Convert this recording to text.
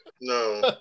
No